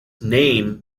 name